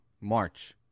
March